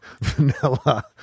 vanilla